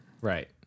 Right